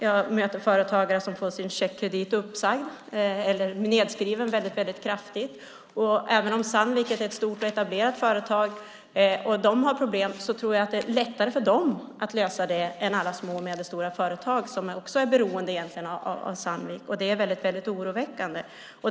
Jag möter företagare som får sin checkkredit uppsagd eller nedskriven väldigt kraftigt. Sandvik är ett stort och etablerat företag, och det har problem. Jag tror att det är lättare för det att lösa det än för alla små och medelstora företag som också är beroende av Sandvik, och det är väldigt oroväckande.